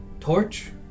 Torch